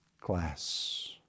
glass